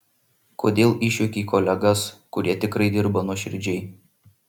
kodėl išjuokei kolegas kurie tikrai dirba nuoširdžiai